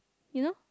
you know